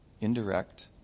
indirect